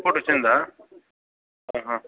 report వచ్చిందా